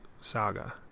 saga